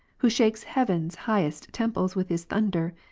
who shakes heav'n's highest temples with his thunder.